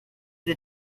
the